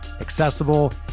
accessible